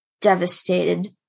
devastated